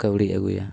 ᱠᱟᱹᱣᱲᱤ ᱟᱹᱜᱩᱭᱟ